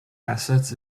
assets